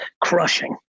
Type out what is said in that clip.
crushing